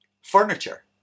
Furniture